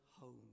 home